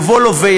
יבוא לווה,